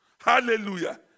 Hallelujah